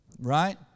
Right